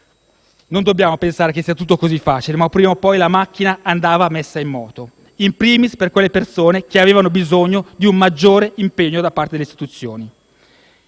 Non dobbiamo pensare che sia tutto così facile, ma prima o poi la macchina andava messa in moto, *in primis* per le persone che avevano bisogno di un maggiore impegno da parte delle istituzioni.